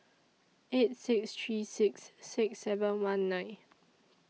eight six three six six seven one nine